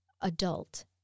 adult